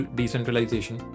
decentralization